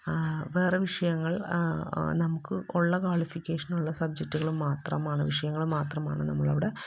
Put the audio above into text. വേറെ വിഷയങ്ങള് നമുക്ക് ഉള്ള ക്വാളിഫിക്കേഷന് ഉള്ള സബ്ജെക്റ്റുകള് മാത്രമാണ് വിഷയങ്ങള് മാത്രമാണ് നമ്മളവിടെ